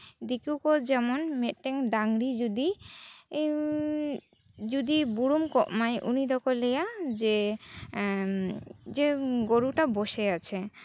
ᱫᱤᱠᱩ ᱠᱚ ᱡᱮᱢᱚᱱ ᱢᱤᱫᱴᱮᱱ ᱰᱟᱝᱨᱤ ᱡᱩᱫᱤ ᱡᱩᱫᱤ ᱵᱩᱨᱩᱢ ᱠᱚᱜ ᱢᱟᱭ ᱩᱱᱤ ᱫᱚᱠᱚ ᱞᱟᱹᱭᱟ ᱡᱮ ᱡᱮ ᱜᱩᱨᱩᱴᱟ ᱵᱚᱥᱮ ᱟᱪᱷᱮ